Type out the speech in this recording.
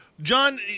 John